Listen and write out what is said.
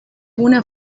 una